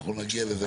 אנחנו נגיע לזה.